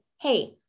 hey